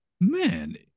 Man